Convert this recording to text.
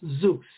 Zeus